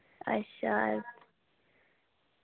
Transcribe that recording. अच्छा